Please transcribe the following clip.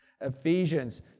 Ephesians